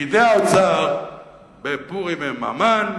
פקידי האוצר בפורים הם המן,